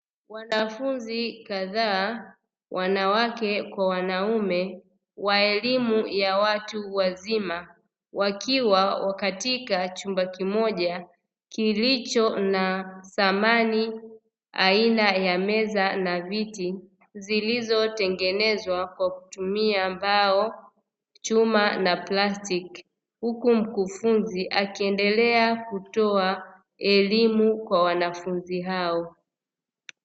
Wanafunzi kadhaa wanawake kwa wanaume wa elimu ya watu wazima wakiwa katika chumba kimoja kilicho na samani aina ya meza na viti, zilizotengenezwa kwa kutumia mbao na chuma na plastiki, huku mkufunzi akiendelea kutoa elimu kwa wanafunzi hao.